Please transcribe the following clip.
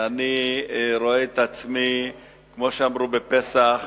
אני רואה את עצמי, כמו שאמרו בפסח,